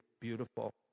beautiful